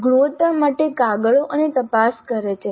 ગુણવત્તા માટે કાગળો અને તપાસ કરે છે